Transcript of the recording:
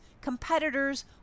competitors